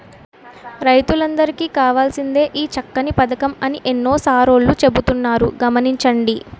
రైతులందరికీ కావాల్సినదే ఈ చక్కని పదకం అని ఎన్ని సార్లో చెబుతున్నారు గమనించండి